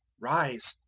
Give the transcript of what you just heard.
rise,